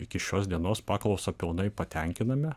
iki šios dienos paklausą pilnai patenkiname